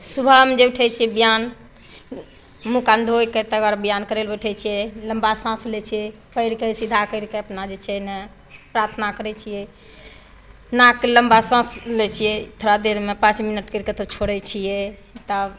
सुबहमे जे उठै छियै बयायाम मुहकान धोइ कऽ तब आर बयायाम करै लए बैठे छियै लम्बा साँस लै छियै पैरके सीधा करि कए अपना जे छै ने प्रार्थना करै छियै नाक लम्बा साँस लै छियै थोड़ा देरमे पाँच मिनट करिके तऽ छोड़ैत छियै तब